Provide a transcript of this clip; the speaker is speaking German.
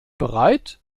bereit